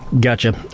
Gotcha